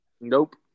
Nope